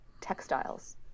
textiles